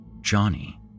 Johnny